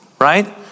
Right